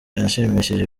yashimishije